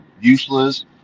useless